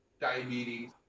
diabetes